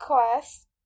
Quest